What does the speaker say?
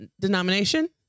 denomination